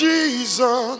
Jesus